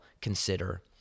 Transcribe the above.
consider